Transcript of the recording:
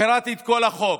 קראתי את כל החוק,